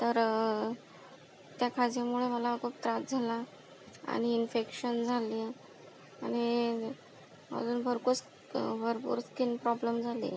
तर त्या खाजेमुळं मला खूप त्रास झाला आणि इन्फेक्शन झाले आणि अजून भरपूर भरपूर स्किन प्रॉब्लेम झाले